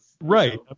right